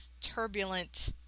turbulent